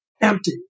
empty